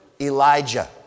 Elijah